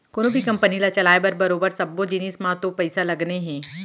कोनों भी कंपनी ल चलाय म बरोबर सब्बो जिनिस म तो पइसा लगने हे